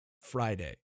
Friday